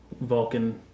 Vulcan